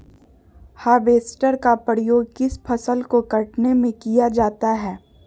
Harvester का उपयोग किस फसल को कटने में किया जाता है?